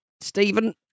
Stephen